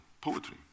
poetry